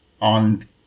On